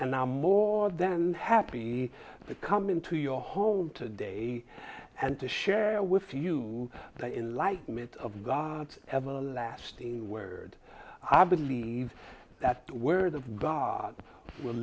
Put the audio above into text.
and i'm more than happy to come into your home today and to share with you the in like myth of god's everlasting word i believe that's where the god will